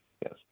yes